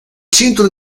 centro